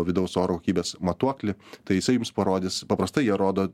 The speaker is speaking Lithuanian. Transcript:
vidaus oro kokybės matuoklį tai jisai jums parodys paprastai jie rodo